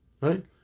Right